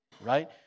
right